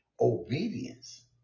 Obedience